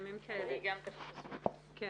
אני